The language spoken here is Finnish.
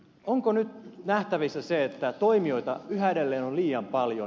onko nyt nähtävissä se että toimijoita yhä edelleen on liian paljon